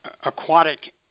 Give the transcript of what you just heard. aquatic